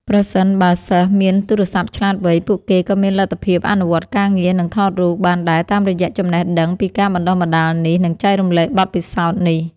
ប្រសិនបើសិស្សមានទូរសព្ទឆ្លាតវៃ ពួកគេក៏មានលទ្ធភាពអនុវត្តការងារ និងថតរូបបានដែរតាមរយៈចំណេះដឹងពីការបណ្តុះបណ្តាលនេះ និងចែករំលែកបទពិសោធន៍នេះ។